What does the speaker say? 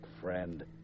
friend